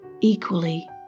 equally